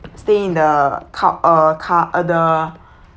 stay in the car uh car uh the